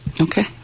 Okay